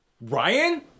Ryan